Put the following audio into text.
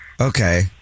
Okay